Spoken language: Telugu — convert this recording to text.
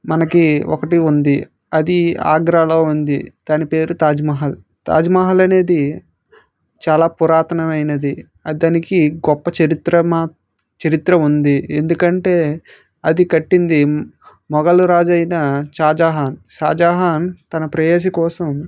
మనకి ఒకటి ఉంది అది ఆగ్రాలో ఉంది దాని పేరు తాజ్మహల్ తాజ్మహల్ అనేది చాలా పురాతనమైనది దానికి గొప్ప చరిత్ర మా చరిత్ర ఉంది ఎందుకంటే అది కట్టింది మొఘల్ రాజు అయిన షాజహాన్ షాజహాన్ తన ప్రేయసి కోసం